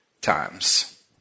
times